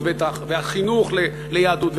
היהדות והחינוך ליהדות,